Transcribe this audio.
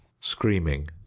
screaming